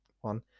one